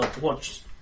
watch